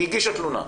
היא הגישה תלונה.